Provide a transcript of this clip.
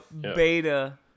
beta